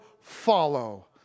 follow